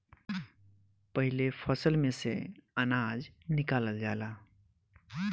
पाहिले फसल में से अनाज निकालल जाला